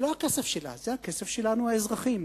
זה לא הכסף שלה, זה הכסף שלנו האזרחים,